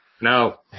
No